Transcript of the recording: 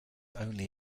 only